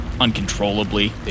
uncontrollably